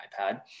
iPad